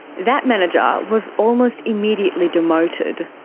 that manager was almost immediately demoted.